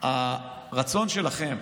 הרצון שלכם